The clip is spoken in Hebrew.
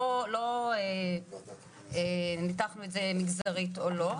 לא ניתחנו את זה מגזרית או לא.